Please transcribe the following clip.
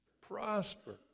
prosper